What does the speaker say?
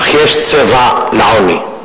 אך יש צבע לעוני.